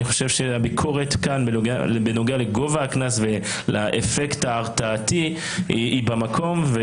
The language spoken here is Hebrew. אני חושב שהביקורת כאן בנוגע לגובה הקנס ולאפקט ההרתעתי היא במקום.